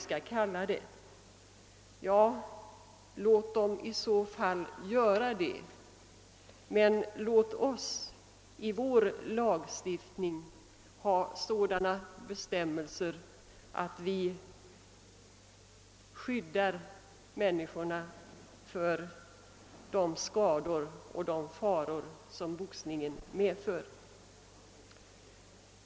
Ja, låt dem i så fall göra det, men låt oss i vår lagstiftning ha sådana bestämmelser att människorna skyddas för de skador och faror som boxningen medför.